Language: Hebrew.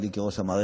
ולי כראש המערכת,